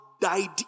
died